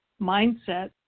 mindset